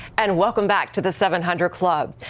and welcome back to the seven hundred club.